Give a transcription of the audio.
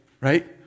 right